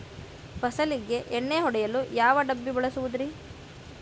ಫಸಲಿಗೆ ಎಣ್ಣೆ ಹೊಡೆಯಲು ಯಾವ ಡಬ್ಬಿ ಬಳಸುವುದರಿ?